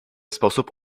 sposób